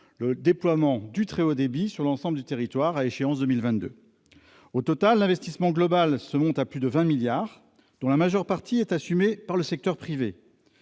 le déploiement de la fibre optique sur l'ensemble du territoire à l'échéance de 2022. Au total, l'investissement global se monte à plus de 20 milliards d'euros, dont la majeure partie est assumée par le secteur privé.